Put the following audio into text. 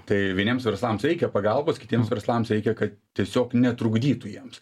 tai vieniems verslams reikia pagalbos kitiems verslams reikia kad tiesiog netrukdytų jiems